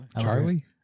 Charlie